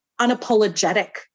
unapologetic